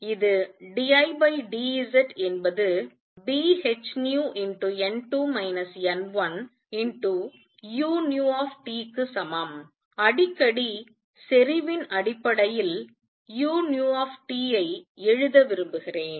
எனவே இது d I d Z என்பது Bhνn2 n1uTக்கு சமம் அடிக்கடி செறிவின் அடிப்படையில் uT ஐ எழுத விரும்புகிறேன்